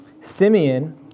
Simeon